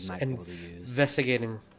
investigating